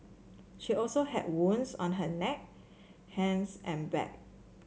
she also had wounds on her neck hands and back